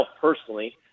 personally